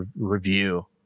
review